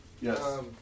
Yes